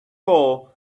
all